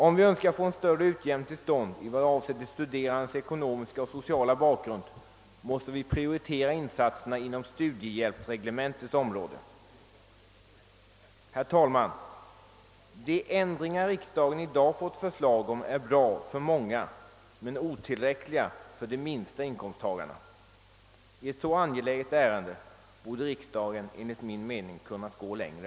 Om vi önskar få en större utjämning till stånd i vad avser de studerandes ekonomiska och sociala bakgrund måste vi prioritera insatserna inom studiehjälpsreglementets område. Herr talman! De ändringar riksdagen i dag fått förslag om är bra för många men otillräckliga för de lägsta inkomsttagarna. I ett så angeläget ärende borde riksdagen enligt min mening ha kunnat gå längre.